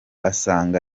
asanga